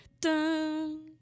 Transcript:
dun